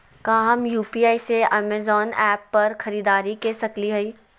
का हम यू.पी.आई से अमेजन ऐप पर खरीदारी के सकली हई?